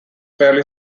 fairly